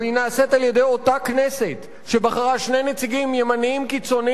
והיא נעשית על-ידי אותה כנסת שבחרה שני נציגים ימנים קיצונים